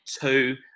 two